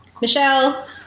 Michelle